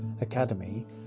Academy